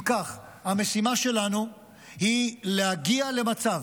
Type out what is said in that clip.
אם כך, המשימה שלנו היא להגיע למצב